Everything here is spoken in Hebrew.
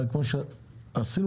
הרי עשינו